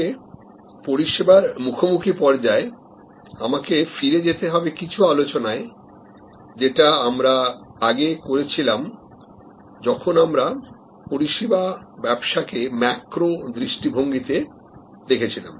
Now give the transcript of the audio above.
তবে পরিষেবার মুখোমুখি পর্যায় আমাকে ফিরে যেতে হবে কিছু আলোচনায় যেটা আমরা আগে করেছিলাম যখন আমরা পরিসেবা ব্যবসাকে ম্যাক্রো দৃষ্টিভঙ্গিতে দেখেছি